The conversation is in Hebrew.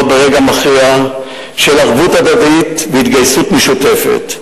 ברגע מכריע של ערבות הדדית והתגייסות משותפת.